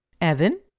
Evan